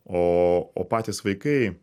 o o patys vaikai